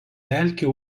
pelkių